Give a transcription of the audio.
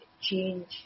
change